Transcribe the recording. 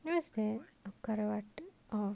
you know what's that akara~ what